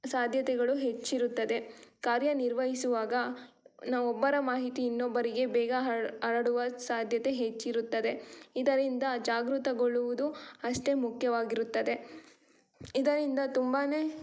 ಸಾಧ್ಯತೆಗಳು ಹೆಚ್ಚಿರುತ್ತದೆ ಕಾರ್ಯ ನಿರ್ವಹಿಸುವಾಗ ನಾವು ಒಬ್ಬರ ಮಾಹಿತಿ ಇನ್ನೊಬ್ಬರಿಗೆ ಬೇಗ ಹರಡುವ ಸಾಧ್ಯತೆ ಹೆಚ್ಚಿರುತ್ತದೆ ಇದರಿಂದ ಜಾಗೃತಗೊಳ್ಳುವುದು ಅಷ್ಟೇ ಮುಖ್ಯವಾಗಿರುತ್ತದೆ ಇದರಿಂದ ತುಂಬನೇ